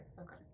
Okay